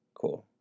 cool